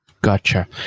Gotcha